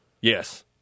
yes